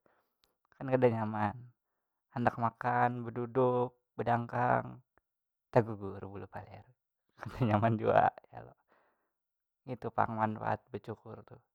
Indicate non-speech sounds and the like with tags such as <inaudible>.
Kan kada nyaman handak makan beduduk bedangkang tagugur bulu palir <laughs> kada nyaman jua kalo itu pang manfaat becukur tuh.